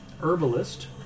herbalist